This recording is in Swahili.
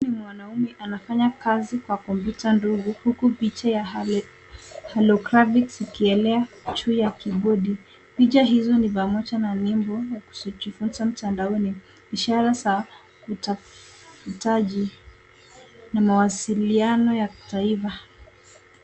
Huu ni mwanaume anafanya kazi kwa kompyuta ndogo huku picha halo graphics likielea Juu ya kibodi. Picha hio ni pamoja na nyimbo ya kujifunza mtandaoni, ishara za kutafutaji na mawasiliano ya kitaifa.